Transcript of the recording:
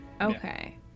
Okay